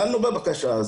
דנו בבקשה הזאת.